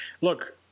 look